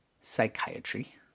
psychiatry